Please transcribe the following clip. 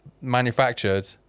manufactured